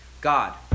God